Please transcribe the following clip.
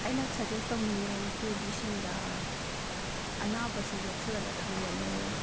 ꯑꯩꯅ ꯁꯖꯦꯁ ꯇꯧꯅꯤꯡꯉꯦ ꯅꯨꯄꯤ ꯑꯣꯏꯕꯤꯁꯤꯡꯗ ꯑꯅꯥꯕꯁꯦ ꯌꯣꯛꯁꯜꯂꯒ ꯊꯝꯒꯅꯨ